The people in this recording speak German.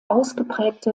ausgeprägte